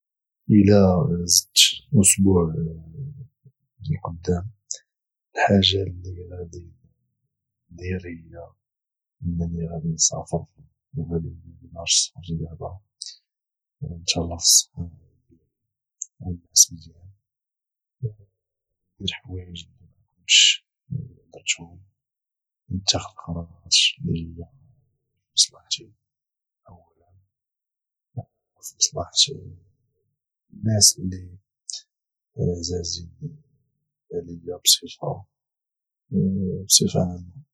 ا الى زت اسبوع الزمن القدام الحاجه اللي غادي ندير هي نني غادي نسافر وغادي نمارس الرياضه غادي نتهلا في الصحه ديالي ونعس مزيان وندير حوايج اللي مكنتش درتهم ونتاخد قرارات اللي هي في مصلحتي اولا وفي مصلحة الناس اللي عزازين علي بصفة عامة